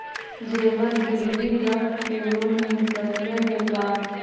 जेबर गिरबी रख के लोन मिल सकले हे का?